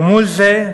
ומול זה,